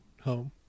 home